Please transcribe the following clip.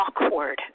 awkward